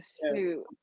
shoot